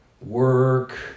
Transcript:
work